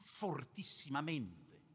fortissimamente